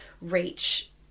reach